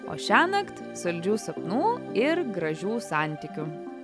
o šiąnakt saldžių sapnų ir gražių santykių